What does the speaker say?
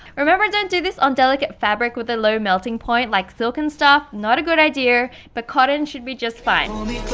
remember don't do this on delicate fabric with a low melting point like silk and stuff not a good idea but cotton should be just fine.